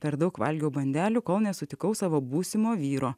per daug valgė bandelių kol nesutikau savo būsimo vyro